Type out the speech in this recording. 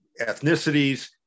ethnicities